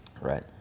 right